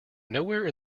nowhere